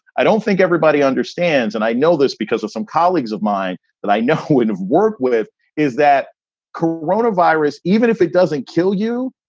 i don't think everybody understands and i know this because of some colleagues of mine that i know and work with is that corona virus, even if it doesn't kill you,